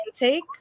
intake